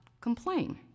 complain